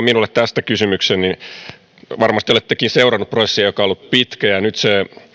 minulle tästä kysymyksen varmasti olettekin seurannut prosessia joka on ollut pitkä ja nyt se